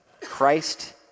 Christ